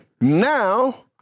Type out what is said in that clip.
now